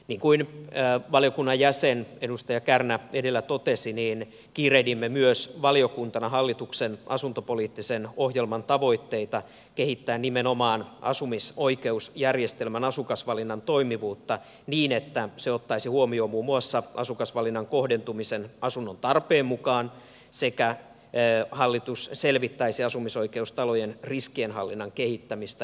niin kuin valiokunnan jäsen edustaja kärnä edellä totesi kiirehdimme myös valiokuntana hallituksen asuntopoliittisen ohjelman tavoitteita kehittää nimenomaan asumisoikeusjärjestelmän asukasvalinnan toimivuutta niin että se ottaisi huomioon muun muassa asukasvalinnan kohdentumisen asunnontarpeen mukaan sekä sitä että hallitus selvittäisi asumisoikeustalojen riskienhallinnan kehittämistä